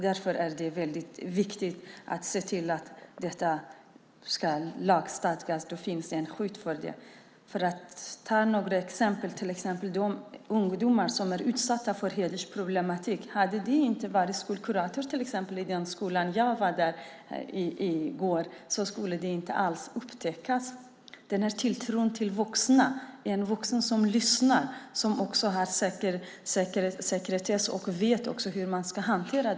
Därför är det viktigt att lagstadga detta så att det finns ett skydd. Jag ska ge några exempel. Ett sådant exempel är ungdomar som är utsatta för hedersproblem. Om det inte hade funnits skolkurator i den skola jag besökte i går skulle de inte ha upptäckts. Det handlar om tilltro till en vuxen som lyssnar, som arbetar under sekretess och som vet hur problemen ska hanteras.